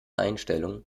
einstellung